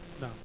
No